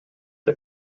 the